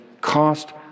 cost